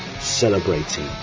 celebrating